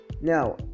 now